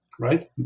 right